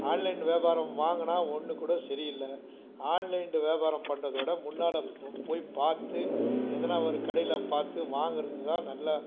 online வியாபாரம் வாங்குனால் ஒன்றுக்கூட சரியில்ல ஆன்லைன்ட் வியாபாரம் பண்ணுறத விட முன்னால் போ போய் பார்த்து எதனால் ஒரு கடையில் பார்த்து வாங்கிறது தான் நல்லா